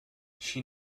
she